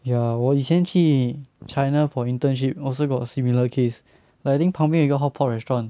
ya 我以前去 china for internship also got a similar case like I think 旁边有一个 hotpot restaurant